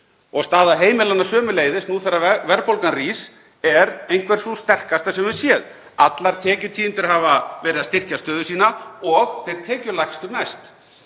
Staða heimilanna sömuleiðis, nú þegar verðbólgan rís, er einhver sú sterkasta sem höfum séð. Allar tekjutíundir hafa verið að styrkja stöðu sína og þeir tekjulægstu mest.